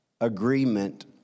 Agreement